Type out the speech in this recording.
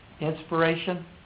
Inspiration